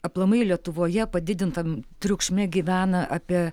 aplamai lietuvoje padidintam triukšme gyvena apie